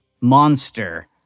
monster